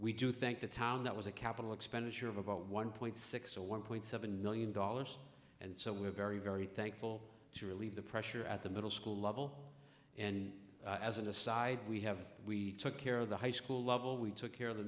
we do think the town that was a capital expenditure of about one point six or one point seven million dollars and so we're very very thankful to relieve the pressure at the middle school level and as an aside we have we took care of the high school level we took care of the